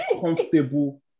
comfortable